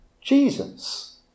Jesus